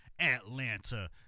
Atlanta